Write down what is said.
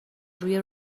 روی